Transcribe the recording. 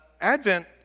Advent